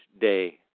day